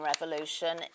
revolution